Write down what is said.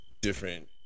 different